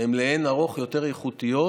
הן לאין ערוך יותר איכותיות